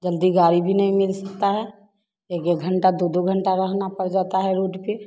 जल्दी गाड़ी भी नहीं मिलता है एक एक घंटा दो दो घंटा रहना पड़ जाता है रोड पर